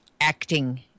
acting